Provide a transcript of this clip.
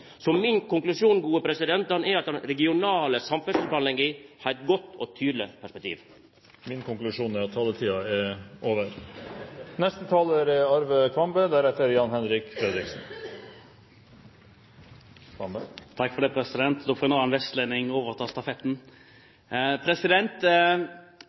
Så min konklusjon er at den regionale samferdselsplanlegginga har eit godt og tydeleg perspektiv. Min konklusjon er at taletiden er over. Da får en annen vestlending overta stafettpinnen. E134 Haukelivegen er